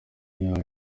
yari